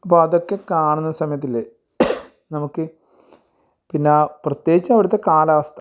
അപ്പോൾ അതക്കെ കാണുന്ന സമയത്തില്ലെ നമുക്ക് പിന്നെ പ്രത്യേകിച്ച് അവിടുത്തെ കാലാവസ്ഥ